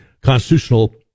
constitutional